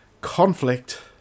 conflict